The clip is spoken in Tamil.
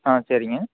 ஆ சரிங்க